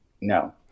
No